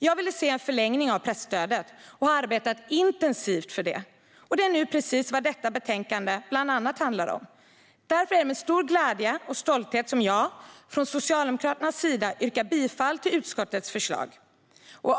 Jag ville se en förlängning av pressstödet och har arbetat intensivt för det. Och det är precis vad detta betänkande bland annat handlar om. Därför är det med stor glädje och stolthet som jag från Socialdemokraternas sida yrkar bifall till utskottets förslag.